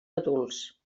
adults